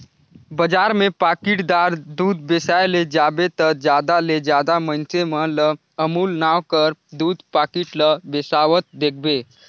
बजार में पाकिटदार दूद बेसाए ले जाबे ता जादा ले जादा मइनसे मन ल अमूल नांव कर दूद पाकिट ल बेसावत देखबे